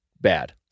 bad